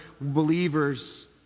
believers